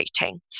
rating